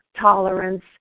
tolerance